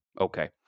Okay